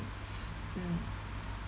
mm